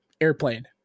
airplane